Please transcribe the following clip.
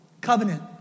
Covenant